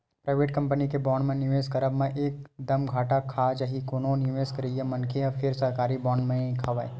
private company के bond म निवेस करब म एक दम घाटा खा जाही कोनो निवेस करइया मनखे ह फेर सरकारी बांड म नइ खावय